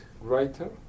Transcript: Writer